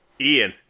Ian